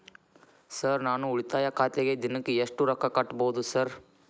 Sir ನಾನು ಉಳಿತಾಯ ಖಾತೆಗೆ ದಿನಕ್ಕ ಎಷ್ಟು ರೊಕ್ಕಾ ಕಟ್ಟುಬಹುದು ಸರ್?